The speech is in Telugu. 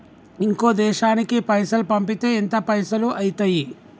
ఇంకో దేశానికి పైసల్ పంపితే ఎంత పైసలు అయితయి?